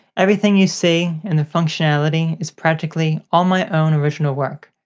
everything you see and the functionality is practically all my own original work.